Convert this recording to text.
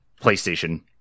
PlayStation